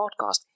podcast